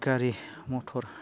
गारि मथर